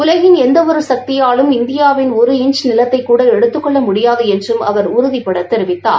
உலகிள் எந்த ஒரு சக்தியாலும் இந்தியாவிள் ஒரு இஞ்ச் நிலத்தைக்கூட எடுத்துக் கொள்ள முடியாது என்றும் அவா உறுதிபட தெரிவித்தார்